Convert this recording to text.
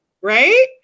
Right